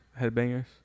Headbangers